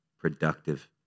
productive